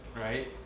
right